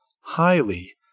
Highly